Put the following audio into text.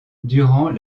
durant